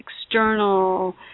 external